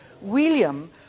William